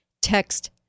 Text